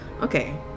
Okay